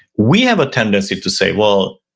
we have a tendency to say, well,